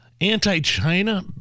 Anti-China